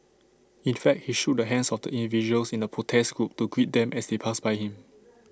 in fact he shook the hands of individuals in the protest group to greet them as they passed by him